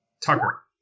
Tucker